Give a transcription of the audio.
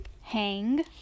hang